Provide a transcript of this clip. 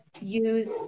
use